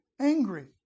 angry